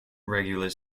regular